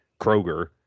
Kroger